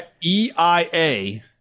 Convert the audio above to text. e-i-a